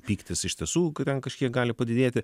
pyktis iš tiesų ten kažkiek gali padidėti